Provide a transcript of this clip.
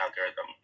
algorithm